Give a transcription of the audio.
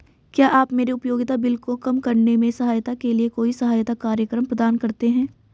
क्या आप मेरे उपयोगिता बिल को कम करने में सहायता के लिए कोई सहायता कार्यक्रम प्रदान करते हैं?